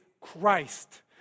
Christ